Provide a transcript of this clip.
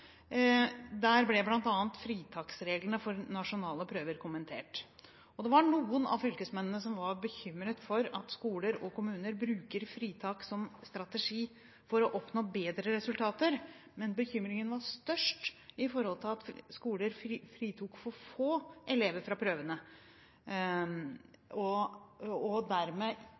ble bl.a. fritaksreglene for nasjonale prøver kommentert. Det var noen av fylkesmennene som var bekymret for at skoler og kommuner bruker fritak som strategi for å oppnå bedre resultater, men bekymringen var størst for at skoler fritok for få elever fra prøvene og dermed